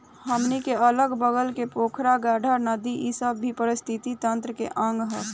हमनी के अगल बगल के पोखरा, गाड़हा, नदी इ सब भी ए पारिस्थिथितिकी तंत्र के अंग ह